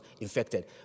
infected